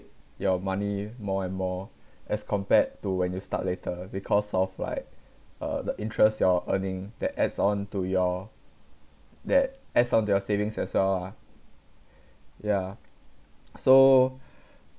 your money more and more as compared to when you start later because of like uh the interest you're earning that adds on to your that adds on to your savings as well ah ya so